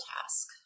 task